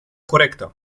corectă